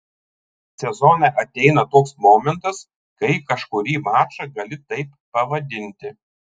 sezone ateina toks momentas kai kažkurį mačą gali taip pavadinti